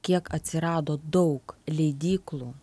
kiek atsirado daug leidyklų